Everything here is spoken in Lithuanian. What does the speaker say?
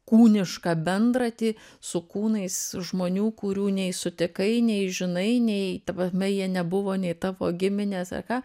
kūnišką bendratį su kūnais žmonių kurių nei sutikai nei žinai nei ta prasme jie nebuvo nei tavo giminės ar ką